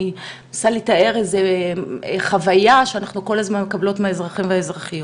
אני מנסה לתאר חוויה שאנחנו כל הזמן מקבלות מהאזרחים והאזרחיות.